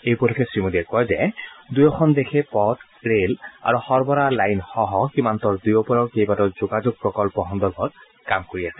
এই উপলক্ষে শ্ৰীমোদীয়ে কয় যে দুয়োখন দেশে পথ ৰেল আৰু সৰবৰাহ লাইনসহ সীমান্ত দুয়োপাৰৰ কেইবাটাও যোগাযোগ প্ৰকল্প সন্দৰ্ভত কাম কৰি আছে